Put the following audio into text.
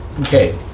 Okay